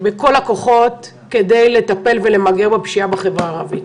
בכל הכוחות כדי לטפל בפשיעה ולמגר את הפשיעה בחברה הערבית.